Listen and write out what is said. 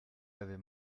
l’avez